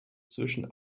zwischen